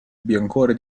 biancore